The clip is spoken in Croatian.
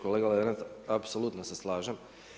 Kolega Lenart, apsolutno se slažem.